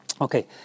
Okay